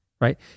right